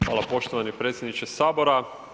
Hvala poštovani predsjedniče Sabora.